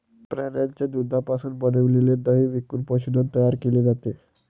प्राण्यांच्या दुधापासून बनविलेले दही विकून पशुधन तयार केले जाते